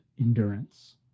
endurance